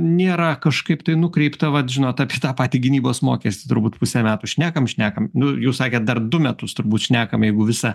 nėra kažkaip tai nukreipta vat žinot apie tą patį gynybos mokestį turbūt pusę metų šnekam šnekam nu jūs sakėt dar du metus turbūt šnekam jeigu visa